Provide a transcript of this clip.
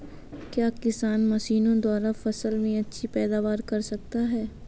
क्या किसान मशीनों द्वारा फसल में अच्छी पैदावार कर सकता है?